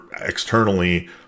externally